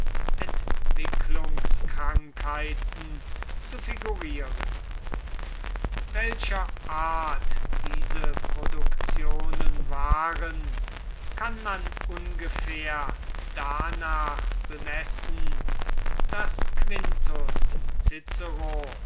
entwicklungskrankheiten zu figurieren welcher art diese produktionen waren kann man ungefähr danach bemessen daß quintus